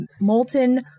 molten